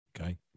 Okay